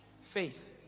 Faith